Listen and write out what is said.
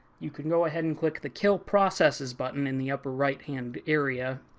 you can go ahead and click the kill processes button in the upper right hand area,